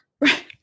Right